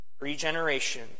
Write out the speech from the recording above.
Regeneration